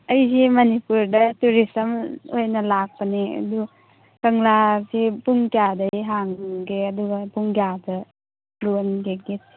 ꯑꯩꯖꯦ ꯃꯅꯤꯄꯨꯔꯗ ꯇꯨꯔꯤꯁꯠ ꯑꯃ ꯑꯣꯏꯅ ꯂꯥꯛꯄꯅꯦ ꯑꯗꯣ ꯀꯪꯂꯥꯁꯦ ꯄꯨꯡ ꯀꯌꯥꯗꯒꯤ ꯍꯥꯡꯒꯦ ꯑꯗꯨꯒ ꯄꯨꯡ ꯀꯌꯥꯗ ꯂꯣꯟꯒꯦ ꯒꯦꯠꯁꯤꯕꯣ